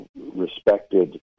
respected